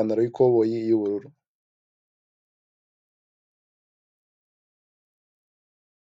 ukaba urahageze bagane bagufashe.